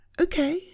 Okay